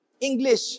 English